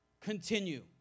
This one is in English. continue